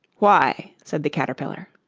why? said the caterpillar.